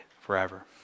forever